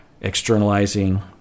externalizing